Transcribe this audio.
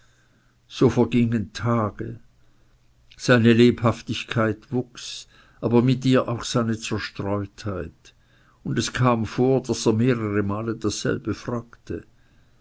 so vergingen tage seine lebhaftigkeit wuchs aber mit ihr auch seine zerstreutheit und es kam vor daß er mehrere male dasselbe fragte